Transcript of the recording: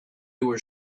were